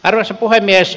arvoisa puhemies